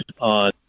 on